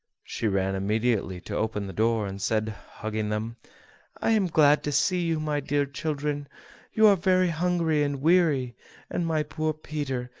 she ran immediately to open the door, and said, hugging them i am glad to see you, my dear children you are very hungry and weary and my poor peter,